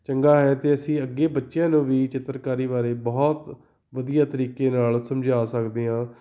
ਚੰਗਾ ਹੈ ਅਤੇ ਅਸੀਂ ਅੱਗੇ ਬੱਚਿਆਂ ਨੂੰ ਵੀ ਚਿੱਤਰਕਾਰੀ ਬਾਰੇ ਬਹੁਤ ਵਧੀਆ ਤਰੀਕੇ ਨਾਲ ਸਮਝਾ ਸਕਦੇ ਹਾਂ